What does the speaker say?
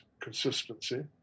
consistency